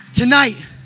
Tonight